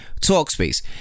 Talkspace